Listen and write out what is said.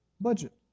Budget